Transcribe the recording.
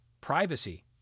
privacy